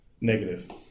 negative